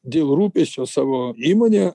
dėl rūpesčio savo įmone